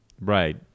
Right